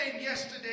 yesterday